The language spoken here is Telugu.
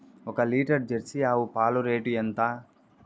ఒక లీటర్ జెర్సీ ఆవు పాలు రేటు ఎంత?